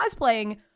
cosplaying